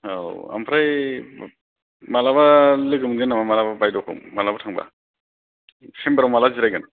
औ आमफ्राय मालाबा लोगोमोनगोन नामा मालाबा बायद'खौ मालाबा थांबा चेम्बाराव माला जिरायगोन